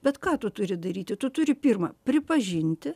bet ką tu turi daryti tu turi pirma pripažinti